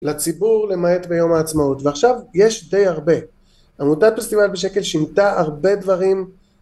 לציבור למעט ביום העצמאות ועכשיו יש די הרבה. עמותת פסטיבל בשקל שינתה הרבה דברים